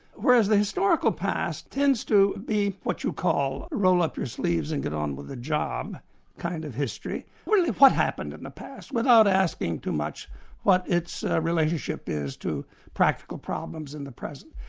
whereas the historical past tends to be what you call roll-up-your-sleeves-and-get-on-with-the-job kind of history, really what happened in the past, without asking too much what its relationship is to practical problems in the present.